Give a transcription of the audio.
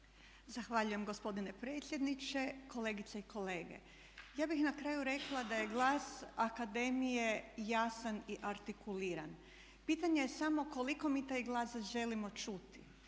Zahvaljujem gospodine predsjedniče. Kolegice i kolege, ja bih na kraju rekla da je glas akademije jasan i artikuliran. Pitanje je samo koliko mi taj glas želimo čuti.